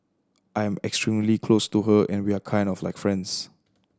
I am extremely close to her and we are kind of like friends